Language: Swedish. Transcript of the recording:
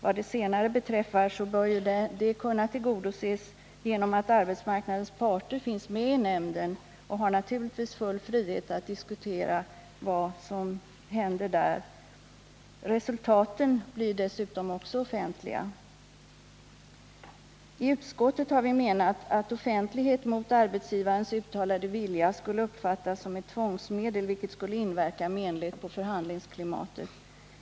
Vad det senare önskemålet beträffar, så bör det kunna tillgodoses genom att arbetmarknadens parter finns med i nämnden — och naturligtvis har full frihet att diskutera vad som händer där. Resultaten blir dessutom också offentliga. I utskottet har vi menat att offentlighet mot arbetsgivarens uttalade vilja skulle uppfattas som ett tvångsmedel, vilket skulle inverka menligt på förhandlingsklimatet.